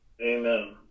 Amen